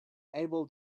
able